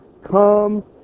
come